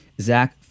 Zach